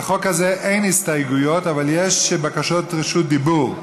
לחוק הזה אין הסתייגויות אבל יש בקשות רשות דיבור,